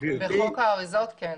לחוק האריזות כן.